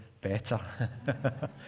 better